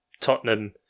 Tottenham